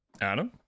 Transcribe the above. Adam